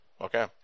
Okay